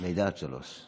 לידה עד שלוש.